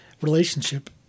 relationship